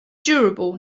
durable